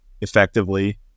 effectively